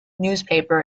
newspaper